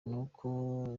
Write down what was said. n’uko